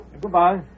Goodbye